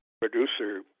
producer